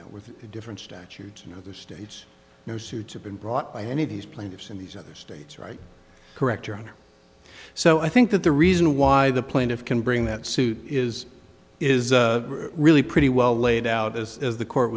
with different statutes in other states no suits have been brought by any of these plaintiffs in these other states right correct your honor so i think that the reason why the plaintiffs can bring that suit is is really pretty well laid out as the court